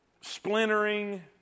splintering